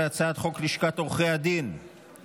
אני קובע כי הצעת חוק המידע הפלילי ותקנת השבים (תיקון,